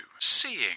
seeing